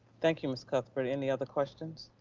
thank you, ms. cuthbert, any other questions?